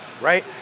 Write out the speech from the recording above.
right